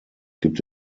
gibt